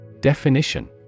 Definition